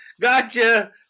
gotcha